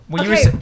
Okay